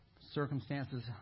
Circumstances